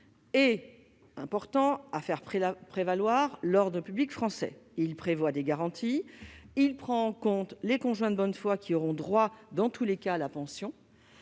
les hommes et à faire prévaloir l'ordre public français. Il prévoit des garanties, il prend en compte les conjoints de bonne foi qui auront droit, dans tous les cas, à la pension.